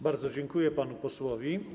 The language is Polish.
Bardzo dziękuję panu posłowi.